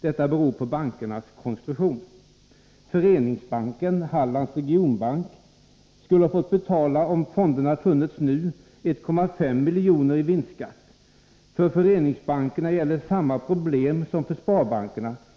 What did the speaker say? Detta beror på bankernas konstruktion. Föreningsbanken, Hallands Regionbank, skulle ha fått betala, om fonderna funnits nu, 1,5 milj.kr. i vinstskatt. För föreningsbankerna gäller samma problem som för sparbankerna.